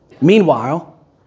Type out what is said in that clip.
Meanwhile